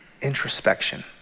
introspection